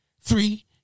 Three